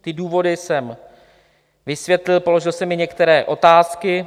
Ty důvody jsem vysvětlil, položil jsem i některé otázky.